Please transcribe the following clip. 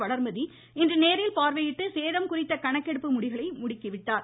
வளர்மதி இன்று நேரில் பார்வையிட்டு சேதம் குறித்த கணக்கெடுப்பு பணிகளை முடுக்கிவிட்டார்